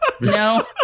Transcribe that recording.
No